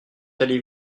allez